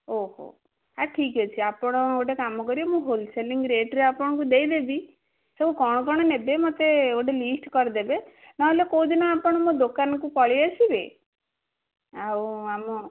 ଓହୋ ଠିକ୍ ଅଛି ଆପଣ ଗୋଟେ କାମ କରିବେ ମୁଁ ହୋଲ୍ସେଲିଂ ରେଟ୍ରେ ଆପଣଙ୍କୁ ଦେଇଦେବି ସବୁ କ'ଣ କ'ଣ ନେବେ ମତେ ଗୋଟେ ଲିଷ୍ଟ କରିଦେବେ ନହେଲେ କେଉଁଦିନ ଆପଣ ମୋ ଦୋକାନକୁ ପଳାଇଆସିବେ ଆଉ ଆମ